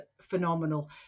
phenomenal